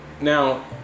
now